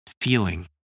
feeling